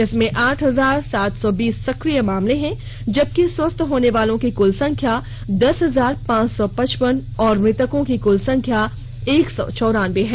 इसमें आठ हजार सात सौ बीस सक्रिय मामले है जबकि स्वस्थ होनेवालों की कुल संख्या दस हजार पांच सौ पचपन और मृतकों की कुल संख्या एक सौ चौरान्बे है